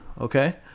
okay